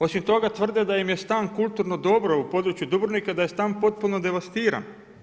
Osim toga tvrde da im je stan kulturno dobro u području Dubrovnika, da je stan potpuno devastiran.